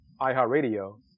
iHeartRadio